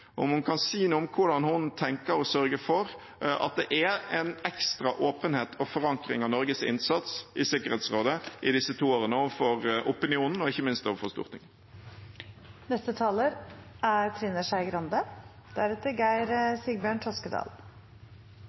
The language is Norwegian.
om hun kan si noe om hvordan hun tenker å sørge for at det er en ekstra åpenhet og forankring av Norges innsats i Sikkerhetsrådet i disse to årene overfor opinionen og ikke minst overfor Stortinget.